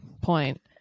point